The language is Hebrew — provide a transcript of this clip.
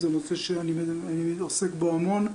זה נושא שאני עוסק בו המון,